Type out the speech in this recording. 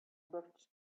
looked